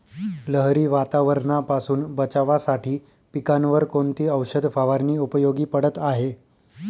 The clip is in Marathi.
लहरी वातावरणापासून बचावासाठी पिकांवर कोणती औषध फवारणी उपयोगी पडत आहे?